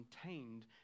contained